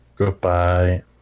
Goodbye